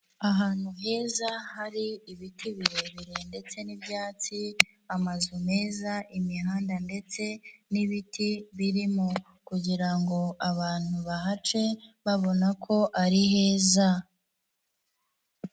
Ahantu heza hari ibiti birebire ndetse n'ibyatsi, amazu meza imihanda ndetse, n'ibiti birimo, kugira ngo abantu bahace babona ko ari heza.